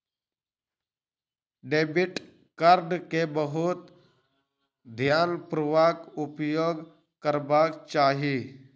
debit card के बहुत ध्यानपूर्वक उपयोग करबाक चाही